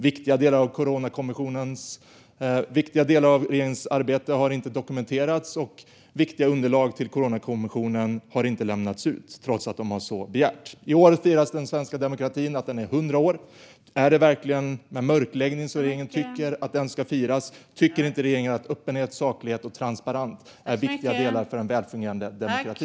Viktiga delar av regeringens arbete har inte dokumenterats, och viktiga underlag har inte lämnats ut till Coronakommissionen, trots att den så har begärt. I år firas att den svenska demokratin är 100 år. Är det verkligen med mörkläggning regeringen tycker att den ska firas? Tycker inte regeringen att öppenhet, saklighet och transparens är viktiga delar för en välfungerande demokrati?